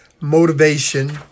motivation